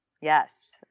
Yes